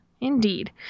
indeed